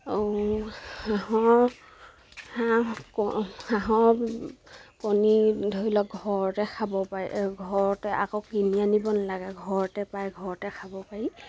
হাঁহৰ হাঁহ হাঁহৰ কণী ধৰি লওক ঘৰতে খাব পাৰি ঘৰতে আকৌ কিনি আনিব নালাগে ঘৰতে পায় ঘৰতে খাব পাৰি